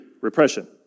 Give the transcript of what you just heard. repression